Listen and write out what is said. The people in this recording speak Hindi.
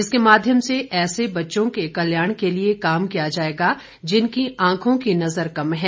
इसके माध्यम से ऐसे बच्चों के कल्याण के लिए काम किया जाएगा जिनकी आंखों की नजर कम है